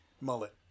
mullet